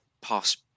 pass